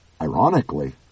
ironically